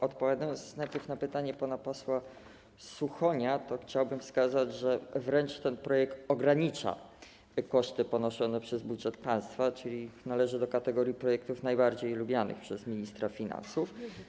Odpowiadając najpierw na pytanie pana posła Suchonia, chciałbym wskazać, że ten projekt wręcz ogranicza koszty ponoszone przez budżet państwa, czyli należy do kategorii projektów najbardziej lubianych przez ministra finansów.